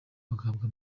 bagahabwa